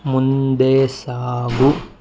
ಮುಂದೆ ಸಾಗು